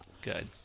Good